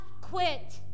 quit